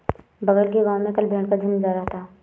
बगल के गांव में कल भेड़ का झुंड जा रहा था